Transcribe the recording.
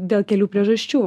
dėl kelių priežasčių